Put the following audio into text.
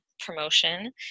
promotion